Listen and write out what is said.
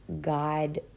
God